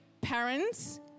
parents